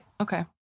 Okay